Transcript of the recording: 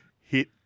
hit